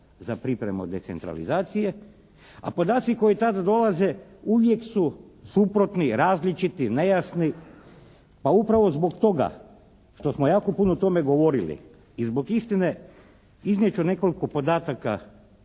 za pripremu decentralizacije. A podaci koji tad dolaze uvijek su suprotni, različiti, nejasni. Pa upravo zbog toga što smo jako puno o tome govorili i zbog istine, iznijet ću nekoliko podataka,